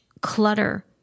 clutter